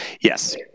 Yes